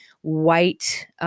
white